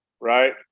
right